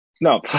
No